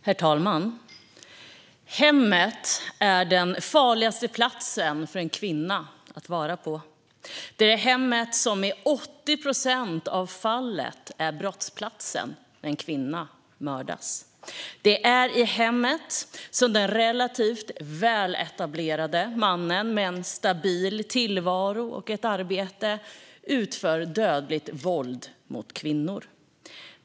Herr talman! Hemmet är den farligaste platsen för en kvinna att befinna sig på. Det är hemmet som i 80 procent av fallen är brottsplatsen när en kvinna mördas. Det är i hemmet som den relativt väletablerade mannen med en stabil tillvaro och ett arbete utför dödligt våld mot kvinnor.